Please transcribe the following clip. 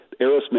Aerosmith